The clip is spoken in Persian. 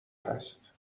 است